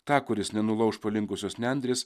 tą kuris nenulauš palinkusios nendrės